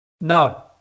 No